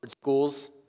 schools